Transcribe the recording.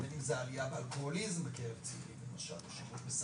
בין אם זו עלייה באלכוהוליזם או שימוש בסמים.